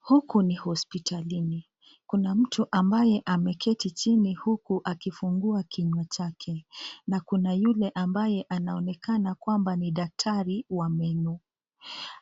Huku ni hosiptalini, kuna mtu ambaye ameketi chini huku akifungua kinywa chake, na kuna yule ambaye anaonekana kwamba ni daktari wa meno